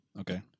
Okay